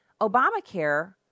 Obamacare